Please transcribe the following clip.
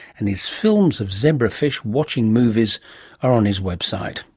and his films of zebrafish watching movies are on his website